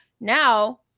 Now